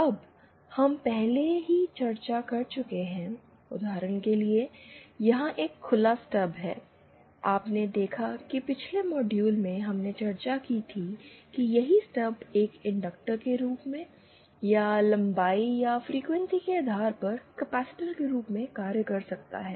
अब हम पहले से ही चर्चा कर चुके हैं उदाहरण के लिए यहाँ एक खुला स्टब है आपने देखा कि पिछले मॉड्यूल में हमने चर्चा की थी यही स्टब एक इंडक्टर के रूप में या लंबाई या फ्रीक्वेंसी के आधार पर कैपेसिटर के रूप में कार्य कर सकता है